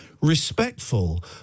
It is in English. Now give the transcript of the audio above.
respectful